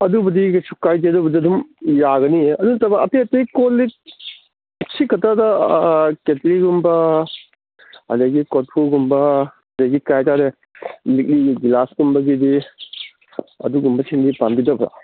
ꯑꯗꯨꯕꯨꯗꯤ ꯀꯩꯁꯨ ꯀꯥꯏꯗꯦ ꯑꯗꯨꯕꯨꯗꯤ ꯑꯗꯨꯝ ꯌꯥꯒꯅꯤꯌꯦ ꯑꯗꯨ ꯅꯠꯇꯕ ꯑꯇꯩ ꯑꯇꯩ ꯀꯣꯜꯂꯤꯛ ꯁꯤꯈꯇꯒ ꯀꯦꯠꯇꯂꯤꯒꯨꯝꯕ ꯑꯗꯒꯤ ꯀꯣꯔꯐꯨꯒꯨꯝꯕ ꯑꯗꯒꯤ ꯀꯔꯤ ꯍꯥꯏꯇꯥꯔꯦ ꯂꯤꯛꯂꯤꯒꯤ ꯒ꯭ꯂꯥꯁꯀꯨꯝꯕꯒꯤꯗꯤ ꯑꯗꯨꯒꯨꯝꯕꯁꯤꯡꯗꯤ ꯄꯥꯝꯕꯤꯗꯕ꯭ꯔꯥ